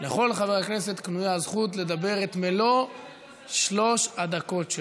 לכל חבר כנסת קנויה הזכות לדבר את מלוא שלוש הדקות שלו.